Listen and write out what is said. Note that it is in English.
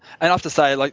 i'd have to say, like